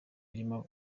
irimo